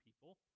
people